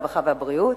הרווחה והבריאות